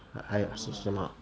还是什么